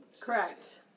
Correct